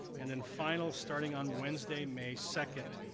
and, then finals starting on wednesday may second.